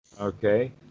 Okay